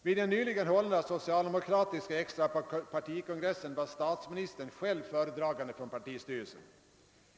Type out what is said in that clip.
Vid den nyligen hållna socialdemokratiska extra partikongressen var statsministern själv föredragande från partistyrelsen.